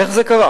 איך זה קרה?